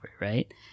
right